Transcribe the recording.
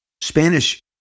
spanish